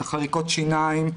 את חריקות השיניים,